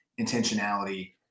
intentionality